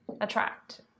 attract